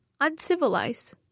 uncivilized